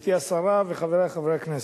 גברתי השרה וחברי חברי הכנסת,